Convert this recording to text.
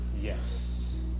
Yes